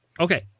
Okay